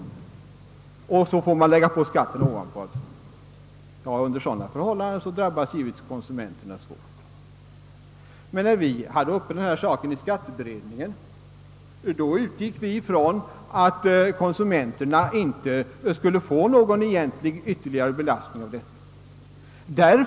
Därefter skulle man lägga skatten ovanpå. Under sådana förhållanden drabbas givetvis konsumenterna svårt. När vi i skatteberedningen hade denna fråga uppe, utgick vi ifrån att konsumenterna inte skulle få någon egentlig ytterligare belastning av detta.